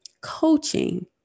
coaching